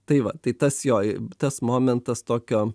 tai va tai tas jo tas momentas tokio